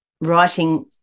writing